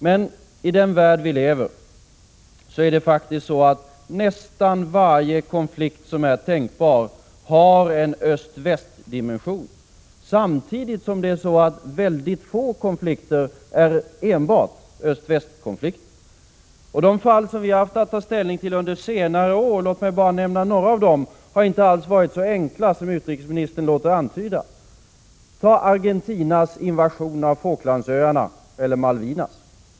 Men i den värld vi lever i har nästan varje tänkbar konflikt en öst-väst-dimension, samtidigt som mycket få konflikter är enbart öst-väst-konflikter. De fall som vi har haft att ta ställning till under senare år — låt mig bara nämna några av dem — har inte alls varit så enkla som utrikesministern låter antyda. Ta t.ex. Argentinas invasion av Falklandsöarna-Malvinas.